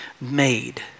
made